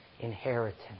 inheritance